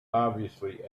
obviously